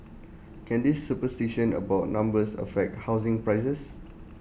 can this superstition about numbers affect housing prices